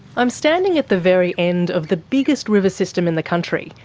i'm standing at the very end of the biggest river system in the country,